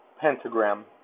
pentagram